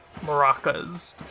maracas